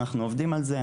אנחנו עובדים על זה,